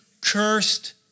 cursed